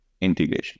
integration